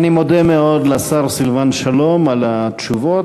אני מודה מאוד לשר סילבן שלום על התשובות,